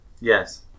Yes